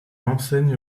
enseigne